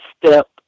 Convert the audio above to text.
step